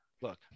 Look